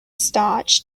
stauch